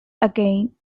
again